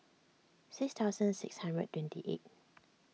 six thousand six hundred twenty eight